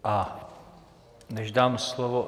A než dám slovo...